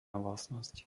vlastnosť